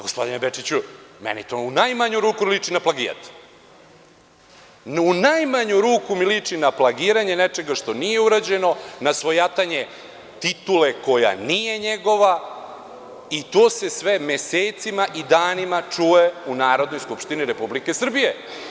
Gospodine Bečiću, meni to u najmanju ruku liči na plagijat, na plagiranje nečega što nije urađeno, na svojatanje titule koja nije njegova i to se sve mesecima i danima čuje u Narodnoj skupštini Republike Srbije.